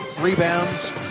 Rebounds